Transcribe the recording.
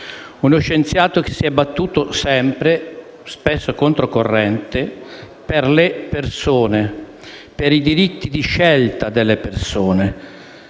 uno scienziato che si è battuto sempre - spesso controcorrente - per le persone, per i diritti di scelta delle persone,